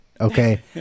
Okay